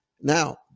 Now